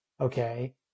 Okay